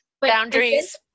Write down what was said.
Boundaries